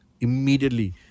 immediately